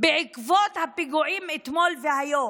בעקבות הפיגועים אתמול והיום,